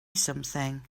something